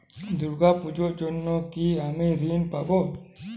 দুর্গা পুজোর জন্য কি আমি ঋণ পাবো?